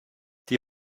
die